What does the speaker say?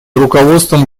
руководством